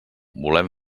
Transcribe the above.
volem